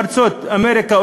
אמריקה,